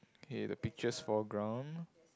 kay the picture's foreground